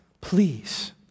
please